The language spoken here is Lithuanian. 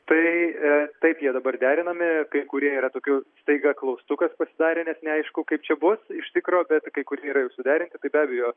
tai taip jie dabar derinami kai kurie yra tokių staiga klaustukas pasidarė nes neaišku kaip čia bus iš tikro bet kai kurie yra jau suderinti tai be abejo